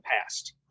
past